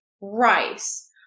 rice